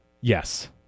Yes